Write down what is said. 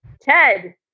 Ted